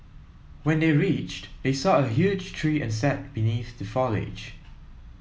when they reached they saw a huge tree and sat beneath the foliage